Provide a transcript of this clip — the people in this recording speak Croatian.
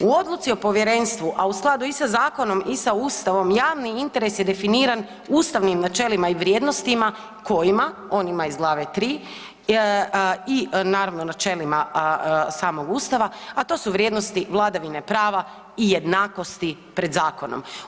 U odluci o povjerenstvu, a u skladu i sa zakonom i sa Ustavom javni interes je definiran ustavnim načelima i vrijednostima kojima onima iz glave 3. i naravno načelima samog Ustava, a to su vrijednosti vladavine prava i jednakosti pred zakonom.